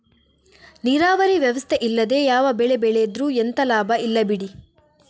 ನೀರಾವರಿ ವ್ಯವಸ್ಥೆ ಇಲ್ಲದೆ ಯಾವ ಬೆಳೆ ಬೆಳೆದ್ರೂ ಎಂತ ಲಾಭ ಇಲ್ಲ ಬಿಡಿ